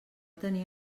tenir